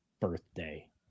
birthday